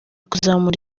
kuzamura